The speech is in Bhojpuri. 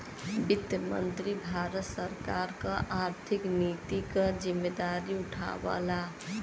वित्त मंत्री भारत सरकार क आर्थिक नीति क जिम्मेदारी उठावला